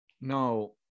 No